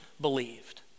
believed